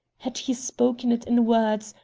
had he spoken it in words,